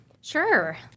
Sure